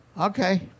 Okay